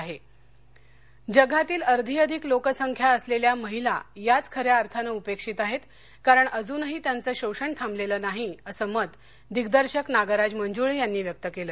साहित्य संमेलन सांगली जगातील अर्धी अधिक लोकसंख्या असलेल्या महिला द्याच खऱ्या अर्थानं उपेक्षित आहेत कारण अजूनही त्यांच शोषण थांबलेलं नाही असं मत दिग्दर्शक नागराज मंजूळे यांनी व्यक्त केलं